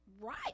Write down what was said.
right